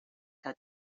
que